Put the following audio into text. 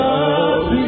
love